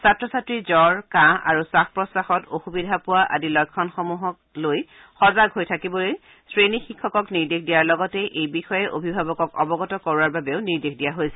ছাত্ৰ ছাত্ৰীৰ জ্বৰ কাহ আৰু খাস প্ৰশ্বাসত অসুবিধা পোৱা লক্ষণসমূহক লৈ সজাগ হৈ থাকিবলৈ শ্ৰেণী শিক্ষকক নিৰ্দেশ দিয়াৰ লগতে এই বিষয়ে অভিভাৱকক অৱগত কৰোৱাৰ বাবেও নিৰ্দেশ দিয়া হৈছে